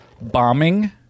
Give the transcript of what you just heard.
Bombing